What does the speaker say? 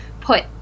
put